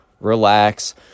relax